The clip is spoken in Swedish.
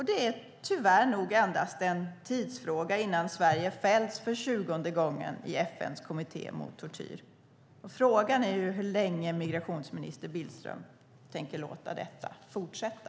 Det är nog tyvärr endast en tidsfråga innan Sverige fälls för tjugonde gången i FN:s kommitté mot tortyr. Frågan är hur länge migrationsminister Billström tänker låta detta fortsätta.